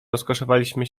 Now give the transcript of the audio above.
rozkoszowaliśmy